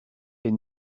est